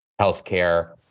healthcare